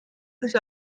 sich